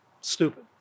stupid